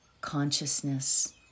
consciousness